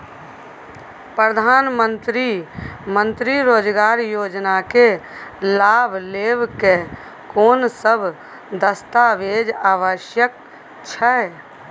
प्रधानमंत्री मंत्री रोजगार योजना के लाभ लेव के कोन सब दस्तावेज आवश्यक छै?